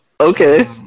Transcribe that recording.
Okay